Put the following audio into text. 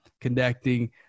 connecting